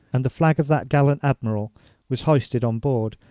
and the flag of that gallant admiral was hoisted on board,